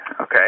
Okay